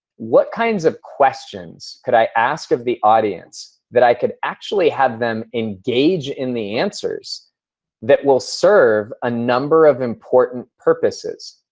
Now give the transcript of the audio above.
what kinds of questions could i ask of the audience that i could actually have them engage in the answers that will serve a number of important purposes?